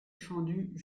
fendue